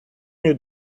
new